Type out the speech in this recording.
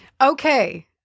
Okay